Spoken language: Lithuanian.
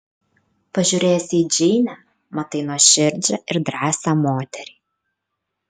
pažiūrėjęs į džeinę matai nuoširdžią ir drąsią moterį